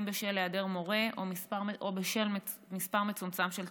אם בשל היעדר מורה או בשל מספר מצומצם של תלמידים.